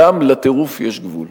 גם לטירוף יש גבול.